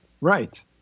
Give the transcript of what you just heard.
Right